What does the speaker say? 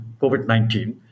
COVID-19